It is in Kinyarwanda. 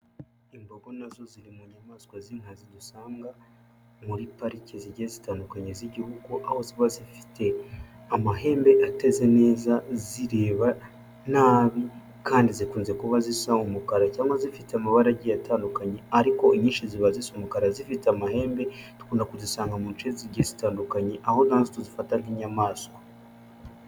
Imbogo nazo ziri mu nyamaswa z'inkazi dusanga muri pariki zigiye zitandukanye z'igihugu, aho ziba zifite amahembe ateze neza zireba nabi kandi zikunze kuba zisa umukara cyangwa zifite amabara agiye atandukanye, ariko inyinshi ziba zisa umukara zifite amahembe. Dukunda kuzisanga mu duce zigiye zitandukanye aho natwe zidufata nk'inyamaswa.